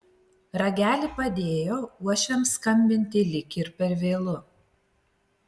ragelį padėjo uošviams skambinti lyg ir per vėlu